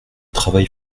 travail